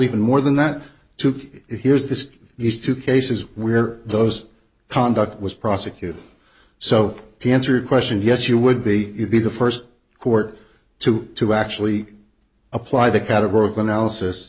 even more than that to here's this these two cases where those conduct was prosecuted so to answer your question yes you would be be the first court to to actually apply the categorical analysis